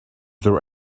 there